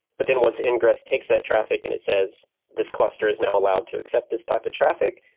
but then once ingress takes that traffic and it says this cluster is now allowed to accept this type of traffic,